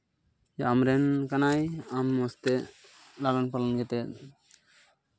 ᱡᱮ ᱟᱢᱨᱮᱱ ᱠᱟᱱᱟᱭ ᱟᱢ ᱢᱚᱡᱽ ᱛᱮ ᱵᱟᱝ ᱠᱟᱹᱢᱤ ᱠᱟᱛᱮᱫ